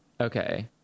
okay